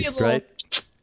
right